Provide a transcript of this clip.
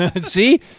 See